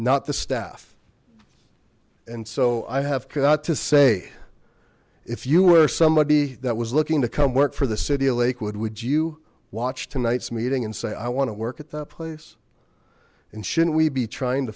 not the staff and so i have got to say if you were somebody that was looking to come work for the city of lakewood would you watch tonight's meeting and say i want to work at that place and shouldn't we be trying to